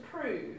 prove